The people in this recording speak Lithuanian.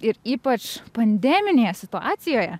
ir ypač pandeminėje situacijoje